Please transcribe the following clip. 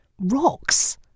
Rocks